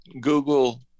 Google